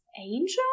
Angel